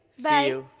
bye!